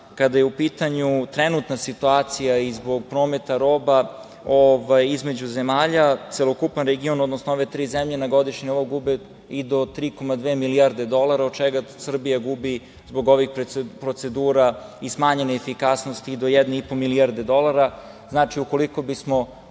kada je u pitanju trenutna situacija i zbog prometa roba između zemalja, celokupan region, odnosno ove tri zemlje na godišnjem nivou gube i do 3,2 milijarde dolara, od čega Srbija gubi zbog ovih procedura i smanjene efikasnosti do 1,5 milijarde dolara. Znači, ukoliko bismo